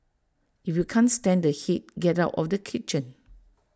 if you can't stand the heat get out of the kitchen